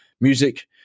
music